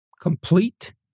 complete